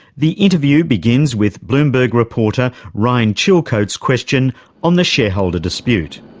the interview begins with bloomberg reporter, ryan chilcote's question on the shareholder dispute.